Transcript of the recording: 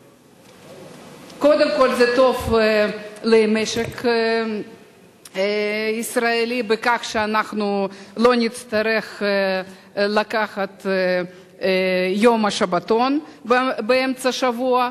זה טוב למשק הישראלי בכך שאנחנו לא נצטרך לקחת יום שבתון באמצע השבוע,